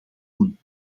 doen